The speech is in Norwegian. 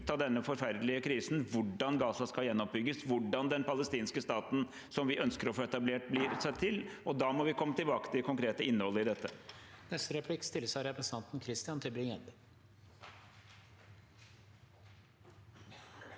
av denne forferdelige krisen: hvordan Gaza skal gjenoppbygges, og hvordan den palestinske staten vi ønsker å få etablert, blir til. Da må vi komme tilbake til det konkrete innholdet i dette.